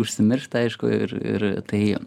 užsimiršta aišku ir ir tai